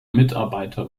mitarbeiter